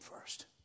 first